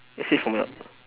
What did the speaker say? is this from your